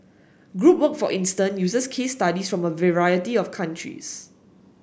group work for instance uses case studies from a variety of countries